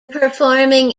performing